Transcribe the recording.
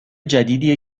جدیدیه